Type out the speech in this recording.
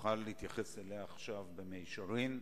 תוכל להתייחס אליה עכשיו במישרין,